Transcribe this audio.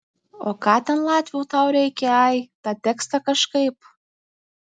o ką ten latvių tau reikia ai tą tekstą kažkaip